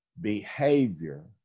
behavior